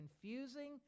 confusing